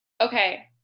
okay